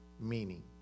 meaning